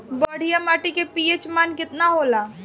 बढ़िया माटी के पी.एच मान केतना होला?